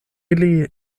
ili